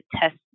test